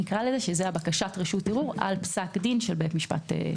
שזאת בקשת רשות ערעור על פסק דין של בית משפט שלום.